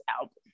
album